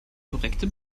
korrekte